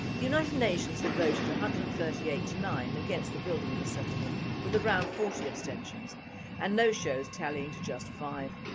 the united nations have voted one hundred and thirty eight to nine against the building of the settlement with around forty abstentions and no shows tallying to just five.